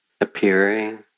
appearing